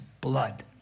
blood